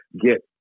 get